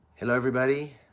hello, everybody.